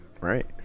right